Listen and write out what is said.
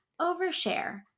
overshare